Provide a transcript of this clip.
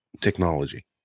technology